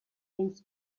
things